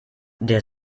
der